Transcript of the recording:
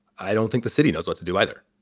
i don't think the city knows what to do either.